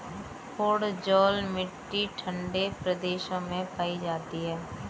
podzol मिट्टी ठंडे प्रदेशों में पाई जाती है